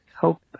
Hope